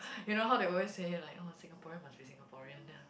you know how they always say like !wah! Singaporean must be Singaporean lah